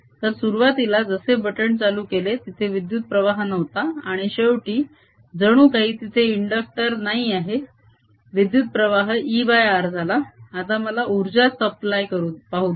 तर सुरुवातीला जसे बटण चालू केले तिथे विद्युत प्रवाह नव्हता आणि शेवटी जणू काही तिथे इंडक्टर नाही आहे विद्युत प्रवाह ER झाला आता मला उर्जा सप्लाय पाहू दे